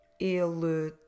Ele